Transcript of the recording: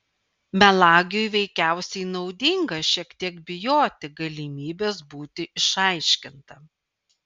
melagiui veikiausiai naudinga šiek tiek bijoti galimybės būti išaiškintam